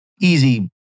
easy